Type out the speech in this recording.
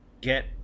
get